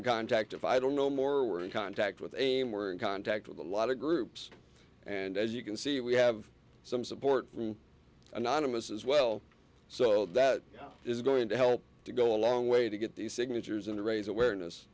in contact if i don't know more we're in contact with aim were in contact with a lot of groups and as you can see we have some support from anonymous as well so that is going to help to go a long way to get these signatures and to raise awareness